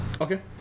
okay